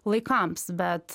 laikams bet